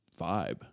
vibe